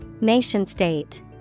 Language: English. Nation-state